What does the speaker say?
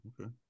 Okay